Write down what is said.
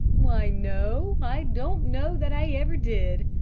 why. no, i don't know that i ever did,